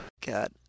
God